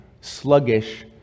sluggish